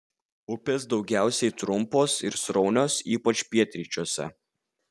upės daugiausiai trumpos ir sraunios ypač pietryčiuose